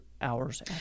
hours